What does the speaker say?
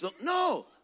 No